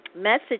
message